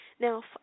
Now